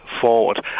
forward